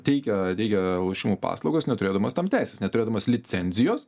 teikia teikia lošimų paslaugas neturėdamos tam teisės neturėdamos licenzijos